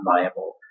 viable